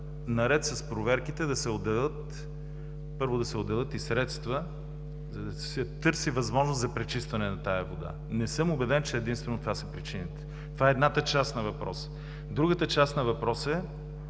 наред с проверките, трябва да се отделят средства, за да се търси възможност за пречистване на тази вода. Не съм убеден, че единствено това са причините. Едната част на въпроса. Другата част на въпроса е